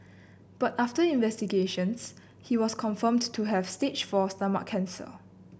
but after investigations he was confirmed to have stage four stomach cancer